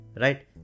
Right